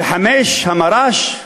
5. המר"ש,